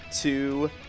two